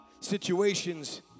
situations